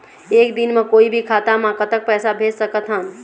एक दिन म कोई भी खाता मा कतक पैसा भेज सकत हन?